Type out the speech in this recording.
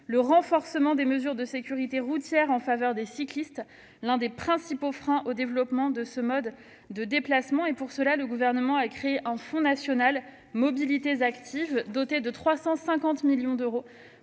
le renforcement des mesures de sécurité routière en faveur des cyclistes, car le manque de sécurité est l'un des principaux freins au développement de ce mode de déplacement. Pour cela, le Gouvernement a créé le fonds national Mobilités actives, doté de 350 millions d'euros,